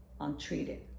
untreated